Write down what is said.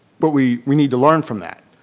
but we we need to learn from that.